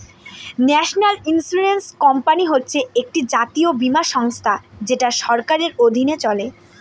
national insurance company হচ্ছে একটি জাতীয় বীমা সংস্থা যেটা সরকারের অধীনে চলে